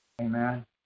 Amen